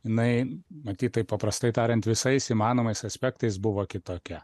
jinai matyt taip paprastai tariant visais įmanomais aspektais buvo kitokia